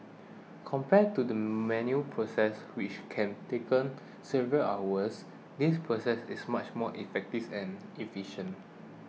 compared to the manual process which can take several hours this process is much more effectives and efficient